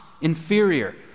inferior